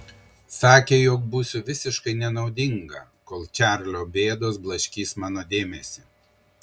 sakė jog būsiu visiškai nenaudinga kol čarlio bėdos blaškys mano dėmesį